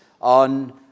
on